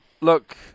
Look